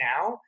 now